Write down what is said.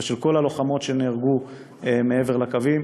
ושל כל הלוחמות שנהרגו מעבר לקווים,